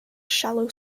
shallow